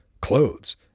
Clothes